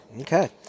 Okay